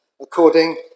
according